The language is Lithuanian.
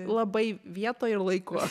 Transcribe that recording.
labai vietoj ir laiku